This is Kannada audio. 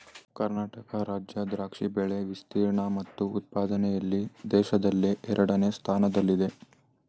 ಕರ್ನಾಟಕ ರಾಜ್ಯ ದ್ರಾಕ್ಷಿ ಬೆಳೆ ವಿಸ್ತೀರ್ಣ ಮತ್ತು ಉತ್ಪಾದನೆಯಲ್ಲಿ ದೇಶದಲ್ಲೇ ಎರಡನೇ ಸ್ಥಾನದಲ್ಲಿದೆ